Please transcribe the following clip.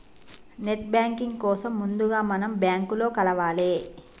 net banking కోసం ముందుగా మనం బ్యాంకులో కలవాలే